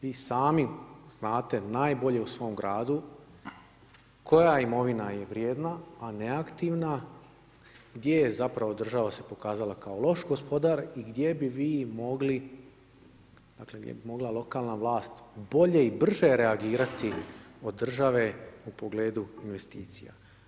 Vi sami znate najbolje u svom gradu koja imovina je vrijedna, a neaktivna, gdje je zapravo država se pokazala kao loš gospodar i gdje bi vi mogli, dakle, gdje bi mogla lokalna vlast bolje i brže reagirati od države u pogledu investicija.